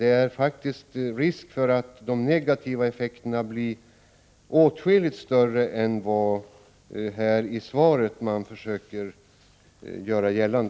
Det finns faktiskt risk för att de negativa effekterna blir åtskilligt större än vad finansministern i svaret försöker göra gällande.